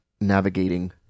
Navigating